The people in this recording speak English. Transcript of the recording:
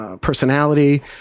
personality